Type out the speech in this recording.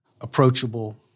approachable